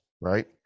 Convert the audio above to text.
right